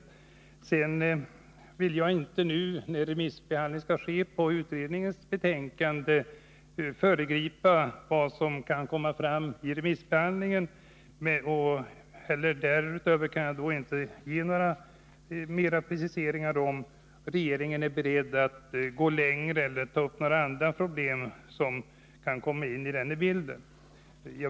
Utredningens betänkande skall nu remissbehandlas, och jag vill inte föregripa vad som kan komma fram i den remissbehandlingen. Därför kan jag inte ge några preciseringar när det gäller om regeringen är beredd att gå längre eller att ta upp andra problem som kan komma in i bilden.